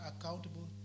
accountable